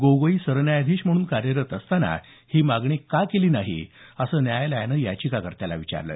गोगोई सरन्यायाधीश म्हणून कार्यरत असताना ही मागणी का केली नाही असं न्यायालयानं याचिकाकर्त्याला विचारलं